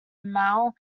mao